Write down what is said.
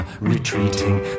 Retreating